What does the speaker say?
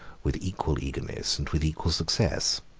with equal eagerness, and with equal success.